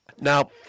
Now